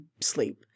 sleep